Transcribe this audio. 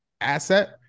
asset